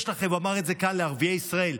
הוא אמר את זה כאן לערביי ישראל: